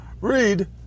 Read